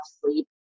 sleep